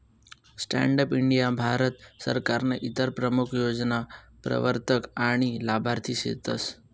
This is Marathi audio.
स्टॅण्डप इंडीया भारत सरकारनं इतर प्रमूख योजना प्रवरतक आनी लाभार्थी सेतस